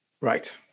Right